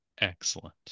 excellent